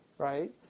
Right